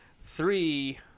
three